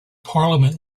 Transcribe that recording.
parliament